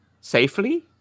safely